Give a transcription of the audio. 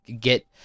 get